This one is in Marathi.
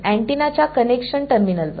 अँटिनाच्या कनेक्शन टर्मिनलवर